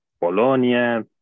Polonia